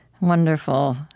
wonderful